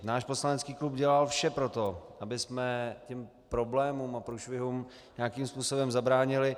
Náš poslanecký klub dělal vše pro to, abychom těm problémům a průšvihům nějakým způsobem zabránili.